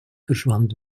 verschwand